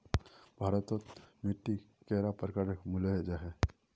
भारत तोत मिट्टी कैडा प्रकारेर मिलोहो जाहा?